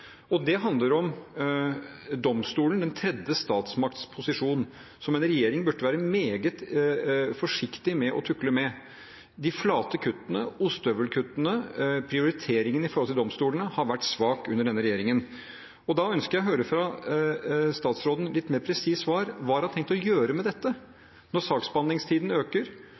Det handler om at domstolen, den tredje statsmakts posisjon, som en regjering burde være meget forsiktig med å tukle med. De flate kuttene, ostehøvelkuttene og prioriteringen i domstolene har vært svak under denne regjeringen. Jeg ønsker å få et litt mer presist svar fra statsråden. Hva har han tenkt å gjøre med dette når saksbehandlingstiden øker,